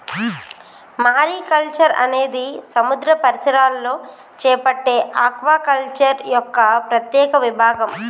mariculture అనేది సముద్ర పరిసరాలలో చేపట్టే ఆక్వాకల్చర్ యొక్క ప్రత్యేక విభాగం